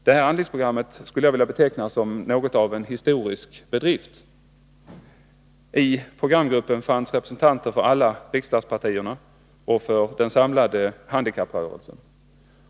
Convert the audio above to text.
Det handlingsprogrammet skulle jag vilja beteckna som något av en historisk bedrift. I programgruppen fanns representanter för alla riksdagspartier och för den samlade handikapprörelsen.